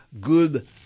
good